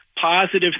positive